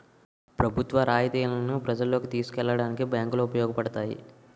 ప్రభుత్వ రాయితీలను ప్రజల్లోకి తీసుకెళ్లడానికి బ్యాంకులు ఉపయోగపడతాయి